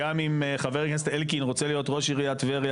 גם אם חבר הכנסת אלקין רוצה להיות ראש עיריית טבריה